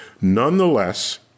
nonetheless